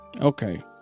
okay